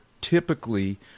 typically